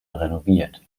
renoviert